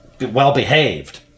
well-behaved